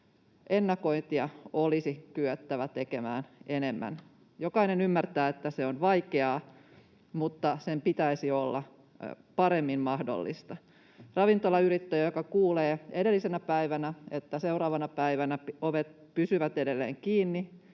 Ennakointia olisi kyettävä tekemään enemmän. Jokainen ymmärtää, että se on vaikeaa, mutta sen pitäisi olla paremmin mahdollista. Ravintolayrittäjä, joka kuulee edellisenä päivänä, että seuraavana päivänä ovet pysyvät edelleen kiinni